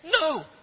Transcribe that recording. No